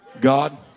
God